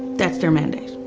that's their mandate.